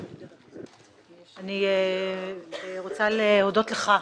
אני רוצה להודות לך,